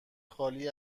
خالی